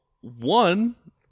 one